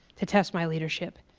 to test my leadership,